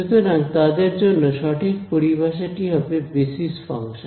সুতরাং তাদের জন্য সঠিক পরিভাষাটি হবে বেসিস ফাংশন